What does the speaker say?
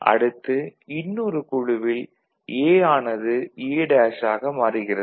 அடுத்து இன்னொரு குழுவில் A ஆனது A' மாறுகிறுது